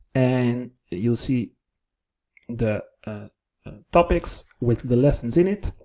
and you'll see the topics with the lessons in it.